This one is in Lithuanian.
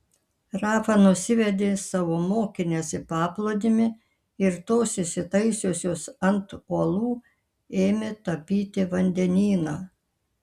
rafa nusivedė savo mokines į paplūdimį ir tos įsitaisiusios ant uolų ėmė tapyti vandenyną